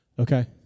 Okay